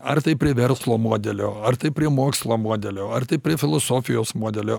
ar tai prie verslo modelio ar tai prie mokslo modelio ar tai prie filosofijos modelio